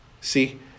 see